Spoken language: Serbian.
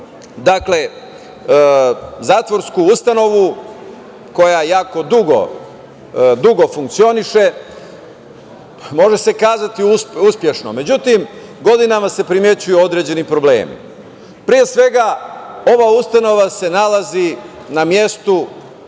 imamo zatvorsku ustanovu koja jako dugo funkcioniše, može se kazati uspešno. Međutim, godinama se primećuju određeni problemi. Pre svega, ova ustanova se nalazi na mestu